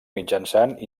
mitjançant